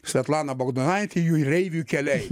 svetlana bagdonaitė jūreivių keliai